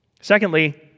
Secondly